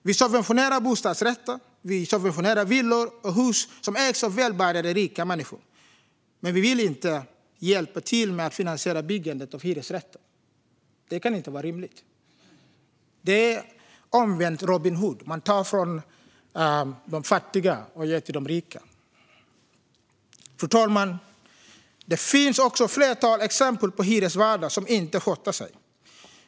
Vi subventionerar bostadsrätter, villor och hus som ägs av välbärgade rika människor, men vi vill inte hjälpa till med att finansiera byggandet av hyresrätter. Det kan inte vara rimligt. Det är omvänd Robin Hood, man tar från de fattiga och ger till de rika. Fru talman! Det finns ett flertal exempel på hyresvärdar som inte sköter sig.